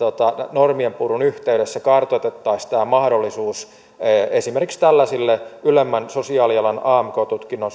normien purun yhteydessä kartoitettaisiin mahdollisuus esimerkiksi tällaisten ylemmän sosiaalialan amk tutkinnon